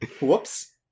Whoops